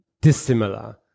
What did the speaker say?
dissimilar